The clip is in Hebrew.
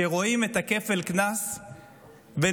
שרואים את כפל הקנס ונחרדים.